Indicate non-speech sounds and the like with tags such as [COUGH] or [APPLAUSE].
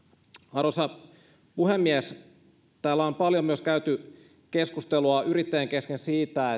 arvoisa puhemies täällä on paljon käyty keskustelua yrittäjien kesken myös siitä [UNINTELLIGIBLE]